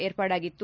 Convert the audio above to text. ಏರ್ಪಾಡಾಗಿತ್ತು